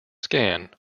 scan